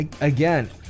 again